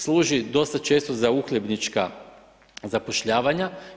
Služi dosta često za uhljebnička zapošljavanja.